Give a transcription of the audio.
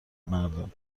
مردم